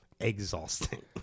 exhausting